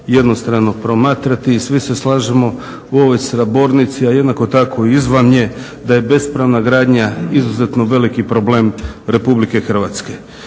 jednostrano promatrati. Svi se slažemo u ovoj sabornici a jednako tako i izvan nje da je bespravna gradnja izuzetno veliki problem RH. Ja sam